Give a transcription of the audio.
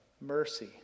Mercy